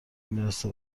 میرسه